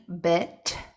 bit